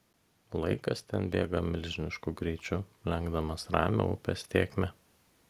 laikas ten bėga milžinišku greičiu lenkdamas ramią upės tėkmę